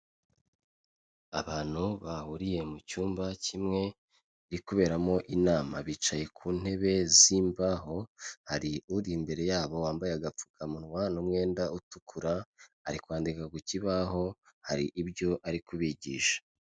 Abantu bahuriye mu cyumba kimwe kiri kuberamo inama, bicaye ku ntebe z'imbaho, hari uri imbere yabo wambaye agapfukamunwa n'umwenda utukura, ari kwandika ku kibaho hari ibyo ari kubigisha.